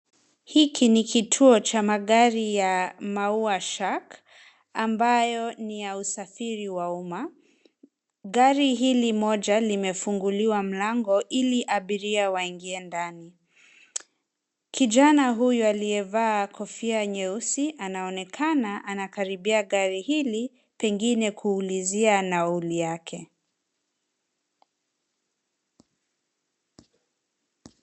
Hiki ni kituo cha magari ya Maua Shark, ambayo ni ya usafiri wa umma. Gari hili moja limefunguliwa mlango, ili abiria waingie ndani. Kijana huyo aliyevaa kofia nyeusi anaonekana anakaribia gari hili, pengine kuulizia nauli yake.